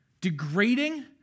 degrading